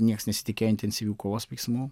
nieks nesitikėjo intensyvių kovos veiksmų